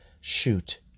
shoot